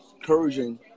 encouraging